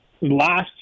last